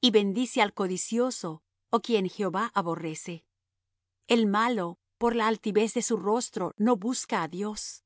y bendice al codicioso ó quien jehová aborrece el malo por la altivez de su rostro no busca á dios